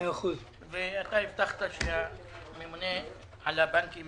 אתה הבטחת שהממונה על הבנקים